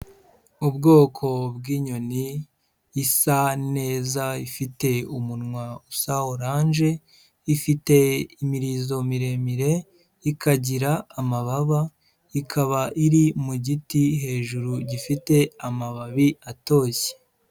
Ubwoko bw'inyoni isa neza ifite umunwa usa oranje, ifite imirizo miremire ikagira amababa, ikaba iri mu giti hejuru gifite amababi atoshye.